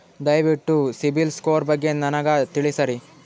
ದಯವಿಟ್ಟು CIBIL score ಬಗ್ಗೆ ನನಗ ತಿಳಸರಿ?